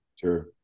Sure